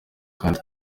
kandi